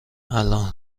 الان